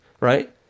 Right